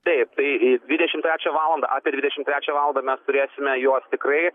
taip tai dvidešimt trečią valandą apie dvidešimt trečią valandą mes turėsime juos tikrai